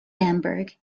bamberg